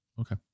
Okay